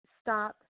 stop